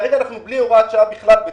כרגע אנחנו בלי הוראת שעה בכלל בתוקף.